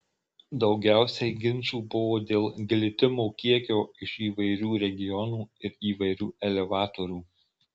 daugiausiai ginčų buvo dėl glitimo kiekio iš įvairių regionų ir įvairių elevatorių